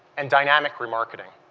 and dynamic remarketing.